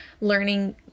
learning